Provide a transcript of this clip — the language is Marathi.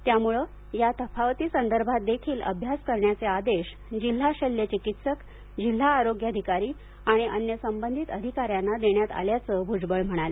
त्यामुळे या तफावतीसंदर्भातदेखील अभ्यास करण्याचे आदेश जिल्हा शल्य चिकीत्सक जिल्हा आरोग्याधिकारी आणि अन्य संबंधित अधिकाऱ्यांना देण्यात आल्याचं भूजबळ म्हणाले